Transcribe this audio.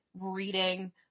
reading